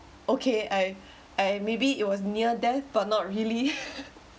okay I I maybe it was near death but not really